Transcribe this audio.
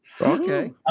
Okay